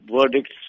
verdicts